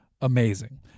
amazing